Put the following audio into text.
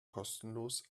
kostenlos